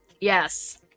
Yes